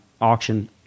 auction